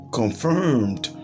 confirmed